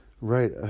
Right